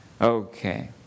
Okay